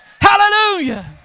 Hallelujah